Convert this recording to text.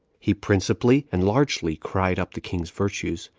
he principally and largely cried up the king's virtues,